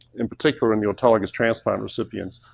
in particular in the autologous transplant recipients.